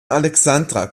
alexandra